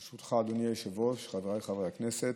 ברשותך, אדוני היושב-ראש, חבריי חברי הכנסת,